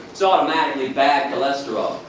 it's automatically bad cholesterol.